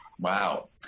Wow